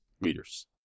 leaders